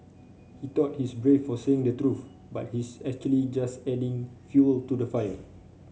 he thought he's brave for saying the truth but he's actually just adding fuel to the fire